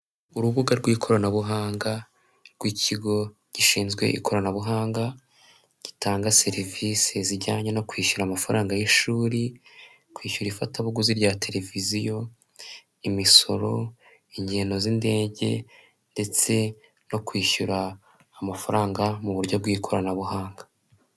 Urubuga rw'ikoranabuhanga rwikigo gishinzwe ikoranabuhanga gitanga serivisi zijyanye no kwishyura amafaranga y'ishuri, kwishyura ifatabuguzi rya televiziyo, imisoro ingendo z'indege ndetse no kwishyura amafaranga mu buryo bw' ikoranabuhanga.